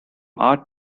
art